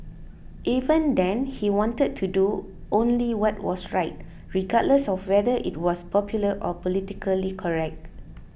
even then he wanted to do only what was right regardless of whether it was popular or politically correct